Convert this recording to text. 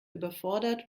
überfordert